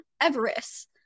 Everest